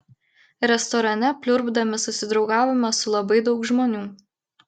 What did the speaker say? restorane pliurpdami susidraugavome su labai daug žmonių